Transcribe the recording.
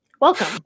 Welcome